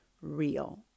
real